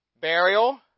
burial